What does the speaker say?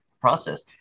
process